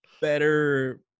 better